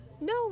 no